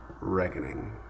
reckoning